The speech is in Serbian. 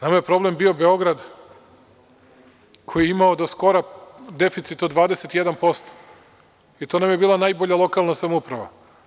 Nama je problem bio Beograd, koji je imamo do skoro deficit od 21% i to nam je bila najbolja lokalna samouprava.